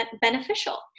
beneficial